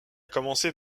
commencé